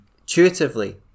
intuitively